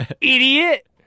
idiot